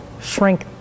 shrink